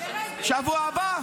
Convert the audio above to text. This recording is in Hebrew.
--- בשבוע הבא?